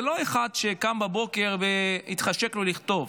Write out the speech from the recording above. זה לא אחד שקם בבוקר והתחשק לו לכתוב.